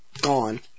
Gone